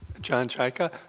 john chicca.